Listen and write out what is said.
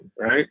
right